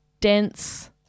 dense